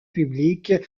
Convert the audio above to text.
public